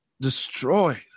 destroyed